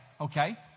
okay